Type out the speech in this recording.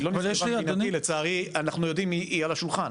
לצערי היא על השולחן,